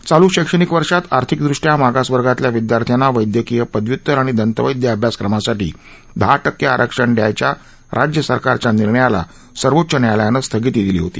चालू शैक्षणिक वर्षात आर्थिकदृष्ट्या मागासवर्गातल्या विद्यार्थ्यांना वैद्यकीय पदव्य्तर आणि दंतवैद्य अभ्यासक्रमासाठी दहा टक्के आरक्षण द्यायच्या राज्यसरकारच्या निर्णयाला सर्वोच्च न्यायालयानं स्थगिती दिली होती